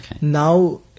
Now